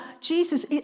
Jesus